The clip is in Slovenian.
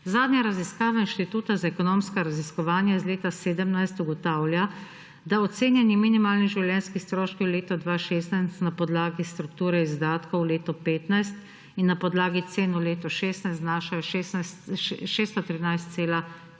Zadnja raziskava Inštituta za ekonomska raziskovanja iz leta 2017 ugotavlja, da ocenjeni minimalni življenjski stroški v letu 2016 na podlagi strukture izdatkov v letu 2015 in na podlagi cen v letu 2016 znašajo 613,41